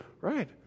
Right